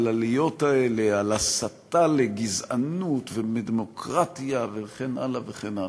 הכלליות האלה על הסתה לגזענות ודמוקרטיה וכן הלאה וכן הלאה.